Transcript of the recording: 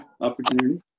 opportunity